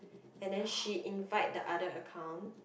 and then she invite the other account